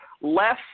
less